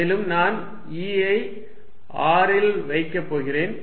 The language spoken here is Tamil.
மேலும் நான் E ஐ r ல் வைக்கப் போகிறேன்